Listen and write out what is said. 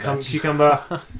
Cucumber